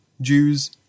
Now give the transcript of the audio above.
Jews